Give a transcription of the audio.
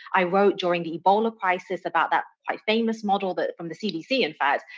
i wrote, during the ebola crisis, about that quite famous model that from the cdc, in fact,